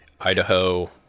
Idaho